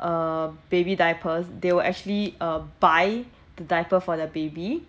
uh baby diapers they will actually um buy the diaper for their baby